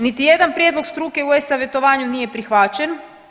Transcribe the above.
Niti jedan prijedlog struke u e-savjetovanju nije prihvaćen.